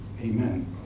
Amen